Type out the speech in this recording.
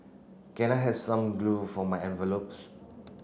can I have some glue for my envelopes